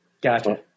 Gotcha